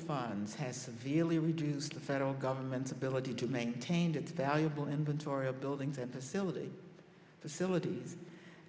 funds has severely reduced the federal government's ability to maintain that valuable inventory of buildings and facilities facilities